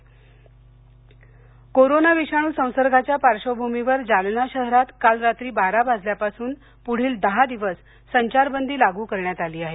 संचारबंदी कोरोना विषाणू संसर्गाच्या पार्श्वभूमीवर जालना शहरात काल रात्री बारा वाजल्या पासून पुढील दहा दिवस संचारबंदी लागू करण्यात आली आहे